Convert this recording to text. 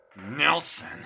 Nelson